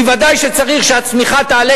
ודאי שצריך שהצמיחה תעלה,